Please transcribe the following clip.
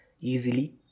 easily